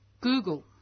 Google